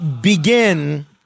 begin